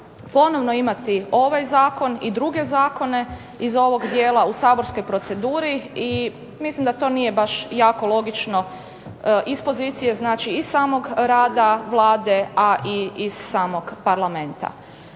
ponovno imati ovaj zakon i druge zakone iz ovog dijela u saborskoj proceduri, i mislim da to nije baš jako logično iz pozicije, znači iz samog rada Vlade, a i iz samog Parlamenta.